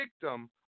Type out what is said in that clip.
victim